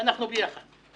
ואנחנו ביחד.